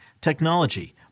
technology